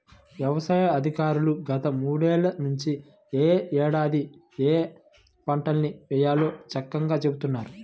యవసాయ అధికారులు గత మూడేళ్ళ నుంచి యే ఏడాది ఏయే పంటల్ని వేయాలో చక్కంగా చెబుతున్నారు